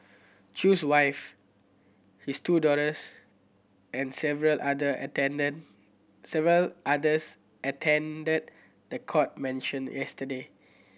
Chew's wife his two daughters and several other attended several others attended the court mention yesterday